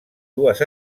dues